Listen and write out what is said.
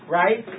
right